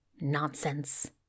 Nonsense